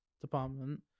department